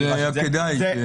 היה כדאי.